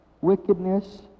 wickedness